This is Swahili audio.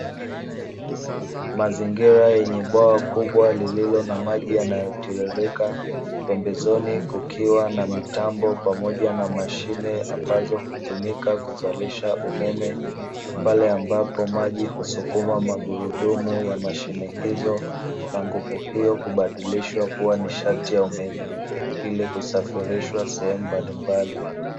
Mazingira yenye bwawa kubwa lililo na maji yanayotiririka, pembezoni kukiwa na mitambo pamoja na mashine ambazo hutumika kuzalisha umeme, pale ambapo maji husukuma magurudumu ya mashine izo. Na nguvu iyo hubadilishwa kuwa nishati ya umeme, ili kusafirishwa sehemu mbalimbali.